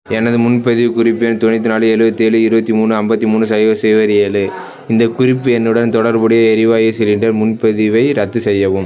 எனது முன்பதிவு குறிப்பு எண் தொண்ணூற்றி நாலு எழுவத்தி ஏழு இருபத்தி மூணு ஐம்பத்தி மூணு சைபர் சைபர் ஏழு இந்தக் குறிப்பு எண்ணுடன் தொடர்புடைய எரிவாயு சிலிண்டர் முன்பதிவை ரத்து செய்யவும்